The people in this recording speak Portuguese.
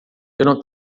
não